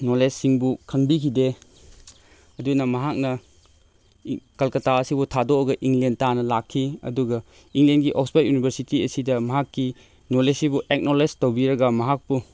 ꯅꯣꯂꯦꯖꯁꯤꯡꯕꯨ ꯈꯪꯕꯤꯈꯤꯗꯦ ꯑꯗꯨꯅ ꯃꯍꯥꯛꯅ ꯀꯜꯀꯇꯥ ꯑꯁꯤꯕꯨ ꯊꯥꯗꯣꯛꯑꯒ ꯏꯪꯂꯦꯟ ꯇꯥꯟꯅ ꯂꯥꯛꯈꯤ ꯑꯗꯨꯒ ꯏꯪꯂꯦꯟꯒꯤ ꯑꯣꯛꯁꯄꯔꯠ ꯌꯨꯅꯤꯚꯔꯁꯤꯇꯤ ꯑꯁꯤꯗ ꯃꯍꯥꯛꯀꯤ ꯅꯣꯂꯦꯖꯁꯤꯕꯨ ꯑꯦꯛꯅꯣꯂꯦꯖ ꯇꯧꯕꯤꯔꯒ ꯃꯍꯥꯛꯄꯨ